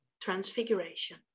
transfiguration